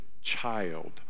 child